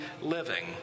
living